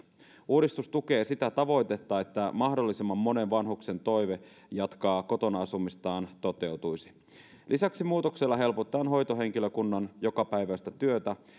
uudistus tukee sitä tavoitetta että mahdollisimman monen vanhuksen toive jatkaa kotona asumistaan toteutuisi lisäksi muutoksella helpotetaan hoitohenkilökunnan jokapäiväistä työtä